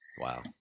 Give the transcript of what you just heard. Wow